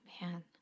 man